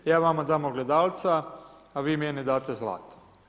Ja vama dam ogledalca, a vi meni date zlato.